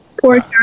poor